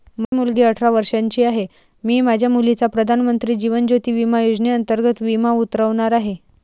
माझी मुलगी अठरा वर्षांची आहे, मी माझ्या मुलीचा प्रधानमंत्री जीवन ज्योती विमा योजनेअंतर्गत विमा उतरवणार आहे